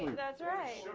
that's right.